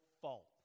fault